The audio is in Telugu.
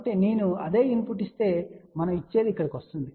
కాబట్టి నేను అదే ఇన్పుట్ ఇస్తే మనం ఇచ్చేది ఇక్కడకు వస్తుంది